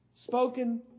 Spoken